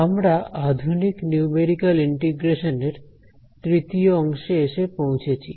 আমরা আধুনিক numerical integration এর তৃতীয় অংশে এসে পৌঁছেছি